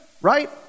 right